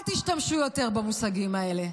אל תשתמשו יותר במושגים האלה.